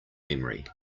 memory